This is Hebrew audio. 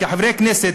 כחברי כנסת,